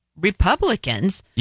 Republicans